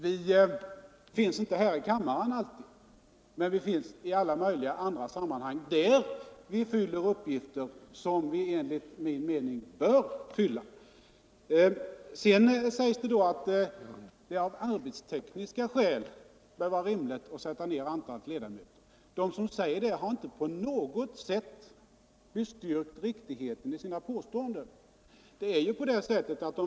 Vi finns inte alltid i kammaren, men vi verkar i alla möjliga andra sammanhang, där vi fyller uppgifter som vi enligt min mening bör fylla. Det sägs vidare att det av arbetstekniska skäl borde vara rimligt att skära ned antalet ledamöter. De som säger det har inte på något sätt bestyrkt riktigheten i sina påståenden.